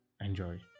Enjoy